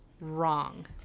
wrong